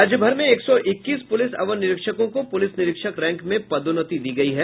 राज्यभर में एक सौ इक्कीस पुलिस अवर निरिक्षको को पुलिस निरिक्षक रैंक में पदोन्नति दी गयी है